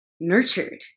nurtured